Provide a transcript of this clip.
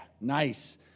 nice